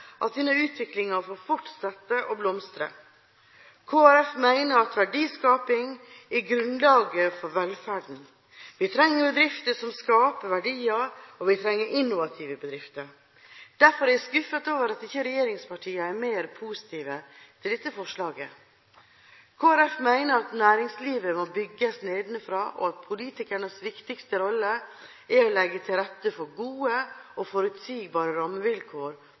at denne utviklingen får fortsette å blomstre. Kristelig Folkeparti mener at verdiskaping er grunnlaget for velferden. Vi trenger bedrifter som skaper verdier, og vi trenger innovative bedrifter. Derfor er jeg skuffet over at ikke regjeringspartiene er mer positive til dette forslaget. Kristelig Folkeparti mener at næringslivet må bygges nedenfra, og at politikernes viktigste rolle er å legge til rette for gode og forutsigbare rammevilkår